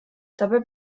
dabei